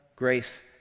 grace